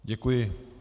Děkuji.